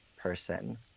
person